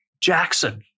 Jackson